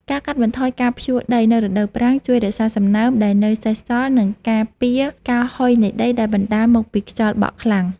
ការកាត់បន្ថយការភ្ជួរដីនៅរដូវប្រាំងជួយរក្សាសំណើមដែលនៅសេសសល់ និងការពារការហុយនៃដីដែលបណ្តាលមកពីខ្យល់បក់ខ្លាំង។